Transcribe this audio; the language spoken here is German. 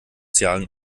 sozialen